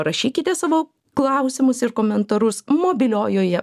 rašykite savo klausimus ir komentarus mobiliojoje